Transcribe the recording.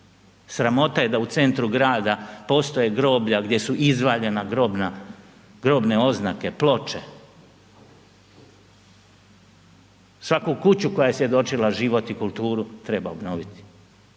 Sramota je da u centru grada postoje groblja gdje su izvaljena grobne oznake, ploče. Svaku kuću koja je svjedočila život i kulturu treba obnoviti,